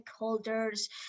stakeholders